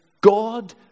God